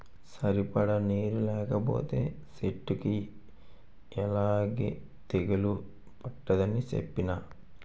సరిపడా నీరు లేకపోతే సెట్టుకి యిలాగే తెగులు పట్టేద్దని సెప్పేనా?